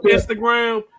Instagram